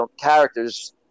characters